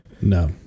no